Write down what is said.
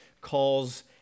calls